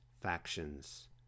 factions